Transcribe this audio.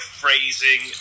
phrasing